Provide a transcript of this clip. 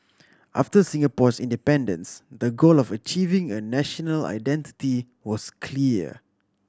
after Singapore's independence the goal of achieving a national identity was clear